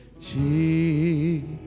Jesus